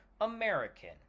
American